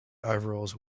overalls